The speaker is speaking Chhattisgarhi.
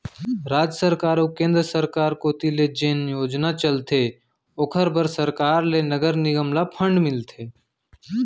राज सरकार अऊ केंद्र सरकार कोती ले जेन योजना चलथे ओखर बर सरकार ले नगर निगम ल फंड मिलथे